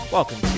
Welcome